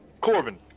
Corbin